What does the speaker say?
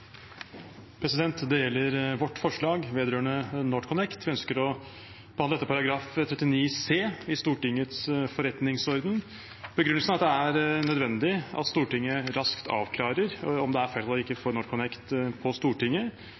vedrørende NorthConnect. Vi ønsker å behandle dette etter § 39 c i Stortingets forretningsorden. Begrunnelsen er at det er nødvendig at Stortinget raskt avklarer om det er flertall eller ikke for NorthConnect på Stortinget